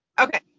okay